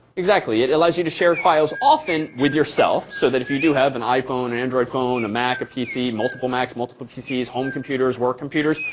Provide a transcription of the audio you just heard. exactly. it allows you to share files often with yourself so that if you do have an iphone, an android phone, a mac, a pc, multiple macs, multiple pcs, home computers, work computers,